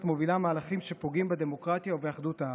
מובילה מהלכים שפוגעים בדמוקרטיה ובאחדות העם.